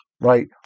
Right